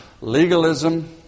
Legalism